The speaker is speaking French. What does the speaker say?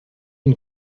une